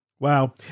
Wow